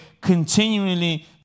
continually